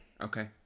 Okay